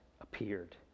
appeared